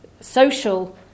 social